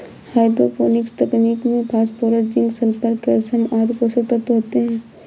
hydroponics तकनीक में phosphorus, zinc, sulphur, calcium आदि पोषक तत्व होते है